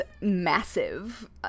massive